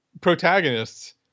protagonists